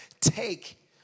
take